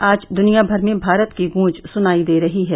आज द्निया भर में भारत की गूंज सुनाई दे रही है